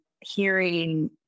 hearing